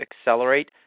accelerate